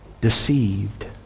deceived